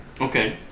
Okay